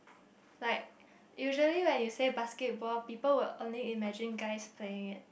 like usually when you say basketball people will only imagine guys playing it